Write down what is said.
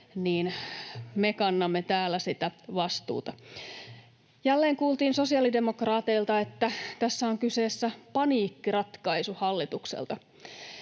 niin me kannamme täällä sitä vastuuta. Jälleen kuultiin sosiaalidemokraateilta, että tässä on kyseessä paniikkiratkaisu hallitukselta.